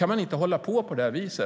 Man kan inte hålla på